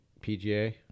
PGA